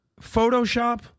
Photoshop –